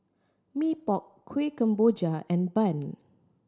Mee Pok Kuih Kemboja and bun